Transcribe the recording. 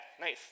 nice